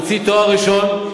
הוא הוציא תואר ראשון,